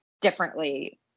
differently